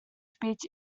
speech